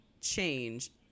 change